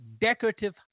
decorative